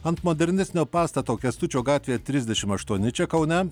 ant modernesnio pastato kęstučio gatvėje trisdešim aštuoni čia kaune